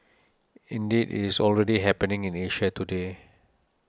indeed it is already happening in Asia today